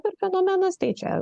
per fenomenas tai čia